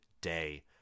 day